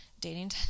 Dating